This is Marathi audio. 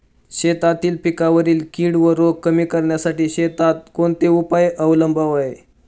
शेतातील पिकांवरील कीड व रोग कमी करण्यासाठी शेतात कोणते उपाय अवलंबावे?